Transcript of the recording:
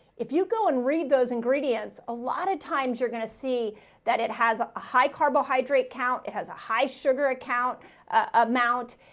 if you go and read those ingredients, a lot of times you're going to see that it has a high carbohydrate count. it has a high sugar ah amount,